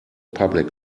public